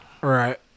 right